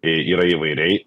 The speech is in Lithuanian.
yra įvairiai